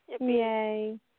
Yay